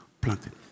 planted